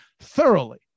thoroughly